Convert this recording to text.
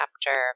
chapter